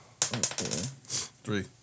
Three